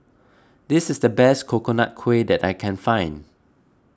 this is the best Coconut Kuih that I can find